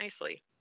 nicely